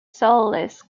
soulless